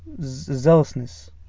zealousness